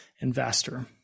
investor